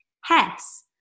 Hess